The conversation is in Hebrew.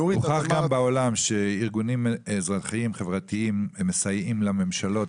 הוכח גם בעולם שארגונים אזרחיים-חברתיים מסייעים לממשלות,